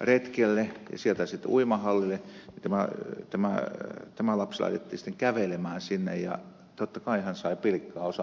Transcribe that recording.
retkelle ja sieltä sitten uimahallille ja tämä lapsi laitettiin sitten kävelemään sinne ja totta kai hän sai pilkkaa osakseen siitä